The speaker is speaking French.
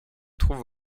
trouve